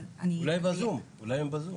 אבל אני, אולי בזום, אולי הם בזום.